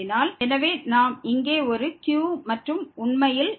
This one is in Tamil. எனவே நாம் இங்கே ஒரு q மற்றும் உண்மையில் இந்த டிவைடட் பை N1